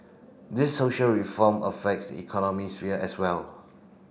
these social reform affects the economy sphere as well